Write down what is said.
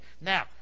Now